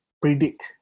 predict